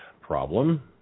problem